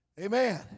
Amen